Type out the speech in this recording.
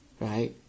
right